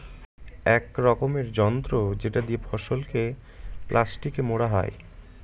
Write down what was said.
এক রকমের যন্ত্র যেটা দিয়ে ফসলকে প্লাস্টিকে মোড়া হয়